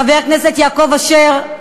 חבר הכנסת יעקב אשר,